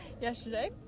yesterday